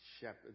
shepherd